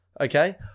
okay